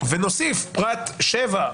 ונוסיף פרט 4,